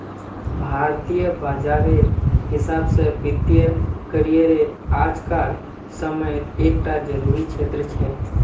भारतीय बाजारेर हिसाब से वित्तिय करिएर आज कार समयेत एक टा ज़रूरी क्षेत्र छे